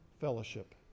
fellowship